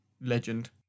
legend